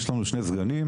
יש לנו שני סגנים.